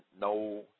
no